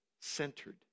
centered